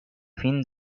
fin